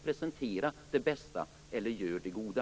Presentera det bästa eller gör det goda!